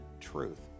truth